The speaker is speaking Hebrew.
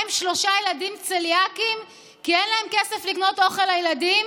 עם שלושה ילדים צליאקים כי אין להם כסף לקנות אוכל לילדים,